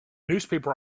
newspaper